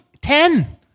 ten